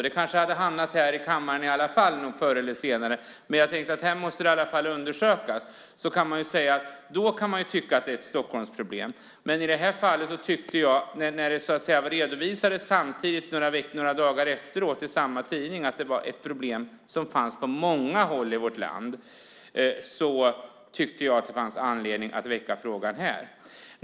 Den kanske hade hamnat här i kammaren i alla fall förr eller senare, men jag tänkte att detta ändå måste undersökas. Man kan ju tycka att det är ett Stockholmsproblem, men i det här fallet, när det så att säga redovisades några dagar efteråt i samma tidning att det var ett problem som fanns på många håll i vårt land, ansåg jag att det fanns anledning att väcka frågan här.